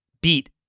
beat